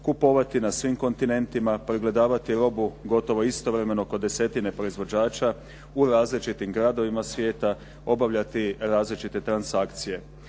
kupovati na svim kontinentima, pregledavati robu gotovo istovremeno kod desetine proizvođača u različitim gradovima svijeta, obavljati različite transakcije.